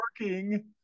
working